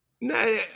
No